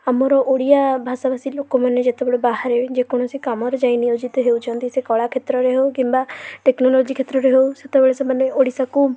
ଆମର ଓଡ଼ିଆ ଭାଷା ଭାଷୀ ଲୋକମାନେ ଯେତେବେଳେ ବାହାରେ ଯେକୌଣସି କାମରେ ଯାଇ ନିୟୋଜିତ ହେଉଛନ୍ତି କଳା କ୍ଷେତ୍ରରେ ହଉ କିମ୍ବା ଟେକ୍ନୋଲୋଜି କ୍ଷେତ୍ରରେ ହଉ ସେତେବେଳେ ସେମାନେ ଓଡ଼ିଶାକୁ